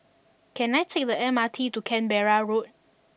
can i take the M R T to Canberra Road